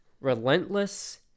relentless